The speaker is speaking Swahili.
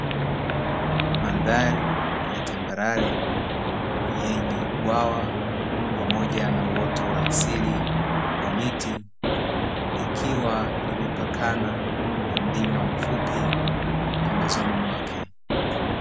Mandhari ya tambarare yenye bwawa pamoja na uoto wa asili wa miti, ikiwa imepakana na mlima mfupi pembezoni mwake.